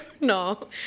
No